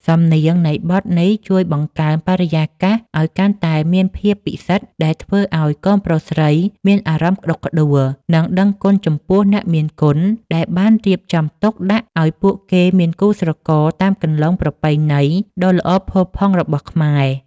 សំនៀងនៃបទនេះជួយបង្កើនបរិយាកាសឱ្យកាន់តែមានភាពពិសិដ្ឋ ដែលធ្វើឱ្យកូនប្រុសស្រីមានអារម្មណ៍ក្តុកក្តួល និងដឹងគុណចំពោះអ្នកមានគុណ ដែលបានរៀបចំទុកដាក់ឱ្យពួកគេមានគូស្រករតាមគន្លងប្រពៃណីដ៏ល្អផូរផង់របស់ខ្មែរ។